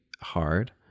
hard